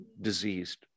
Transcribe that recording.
diseased